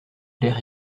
l’air